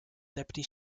deputy